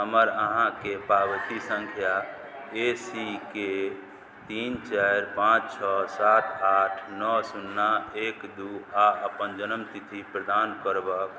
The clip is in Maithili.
हमर अहाँके पावती सँख्या ए सी के तीन चारि पाँच छओ सात आठ नओ सुन्ना एक दुइ आओर अपन जनमतिथि प्रदान करबाक अछि